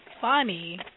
Funny